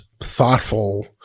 thoughtful